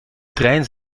trein